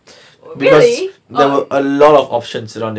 really oh